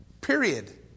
Period